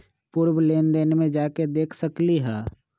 पूर्व लेन देन में जाके देखसकली ह?